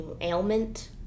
ailment